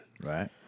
Right